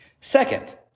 Second